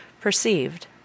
perceived